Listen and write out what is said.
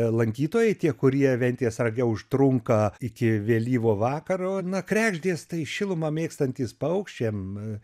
lankytojai tie kurie ventės rage užtrunka iki vėlyvo vakaro na kregždės tai šilumą mėgstantys paukščiam